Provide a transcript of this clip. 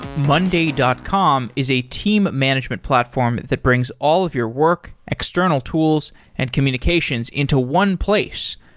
monday dot com is a team management platform that brings all of your work, external tools and communications into one place,